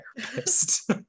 therapist